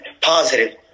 positive